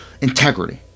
integrity